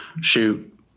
shoot